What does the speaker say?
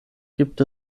gibt